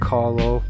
Carlo